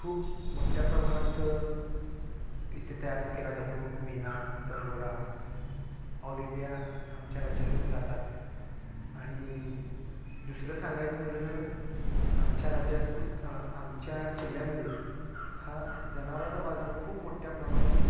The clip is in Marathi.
खूप मोठ्या प्रमाणात इथे तयार केला जातो वीणा तंबोरा ऑल इंडिया आमच्या राज्यातून जातात आणि दुसरं सांगायचं म्हटलं तर आमच्या राज्यात आमच्या जिल्ह्यामध्ये हा जनावराचा बाजार खूप मोठ्या प्रमाणात